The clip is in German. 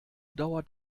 dauert